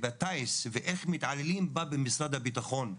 בטייס ואיך מתעללים בה במשרד הביטחון,